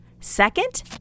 Second